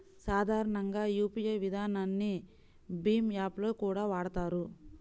సాధారణంగా యూపీఐ విధానాన్ని భీమ్ యాప్ లో కూడా వాడతారు